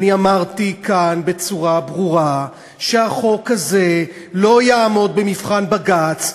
אמרתי כאן בצורה ברורה שהחוק הזה לא יעמוד במבחן בג"ץ,